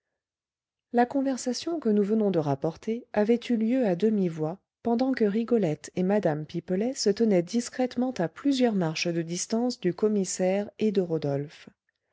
la conversation que nous venons de rapporter avait eu lieu à demi-voix pendant que rigolette et mme pipelet se tenaient discrètement à plusieurs marches de distance du commissaire et de rodolphe